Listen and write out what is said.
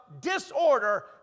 disorder